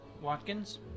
Watkins